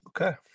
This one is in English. Okay